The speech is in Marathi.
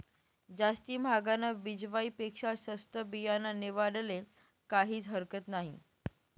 जास्ती म्हागानं बिजवाई पेक्शा सस्तं बियानं निवाडाले काहीज हरकत नही